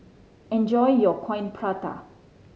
enjoy your Coin Prata